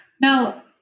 Now